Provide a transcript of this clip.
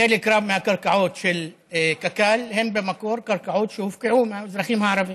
חלק רב מהקרקעות של קק"ל הן במקור קרקעות שהופקעו מהאזרחים הערבים.